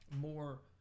more